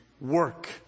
Work